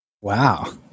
Wow